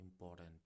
important